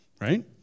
right